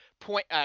point